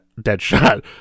Deadshot